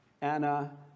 Anna